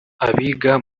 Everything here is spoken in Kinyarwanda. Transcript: abiga